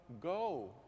go